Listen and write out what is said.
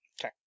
Okay